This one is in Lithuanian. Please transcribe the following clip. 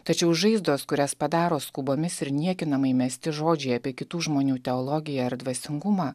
tačiau žaizdos kurias padaro skubomis ir niekinamai mesti žodžiai apie kitų žmonių teologiją ar dvasingumą